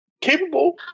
capable